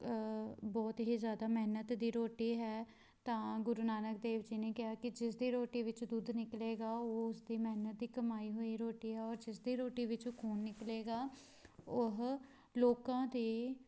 ਬਹੁਤ ਹੀ ਜ਼ਿਆਦਾ ਮਿਹਨਤ ਦੀ ਰੋਟੀ ਹੈ ਤਾਂ ਗੁਰੂ ਨਾਨਕ ਦੇਵ ਜੀ ਨੇ ਕਿਹਾ ਕਿ ਜਿਸ ਦੀ ਰੋਟੀ ਵਿੱਚ ਦੁੱਧ ਨਿਕਲੇਗਾ ਉਹ ਉਸ ਦੀ ਮਿਹਨਤ ਦੀ ਕਮਾਈ ਹੋਈ ਰੋਟੀ ਆ ਔਰ ਜਿਸ ਦੀ ਰੋਟੀ ਵਿੱਚ ਖੂਨ ਨਿਕਲੇਗਾ ਉਹ ਲੋਕਾਂ ਦੇ